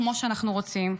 כמו שאנחנו רוצים.